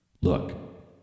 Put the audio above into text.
Look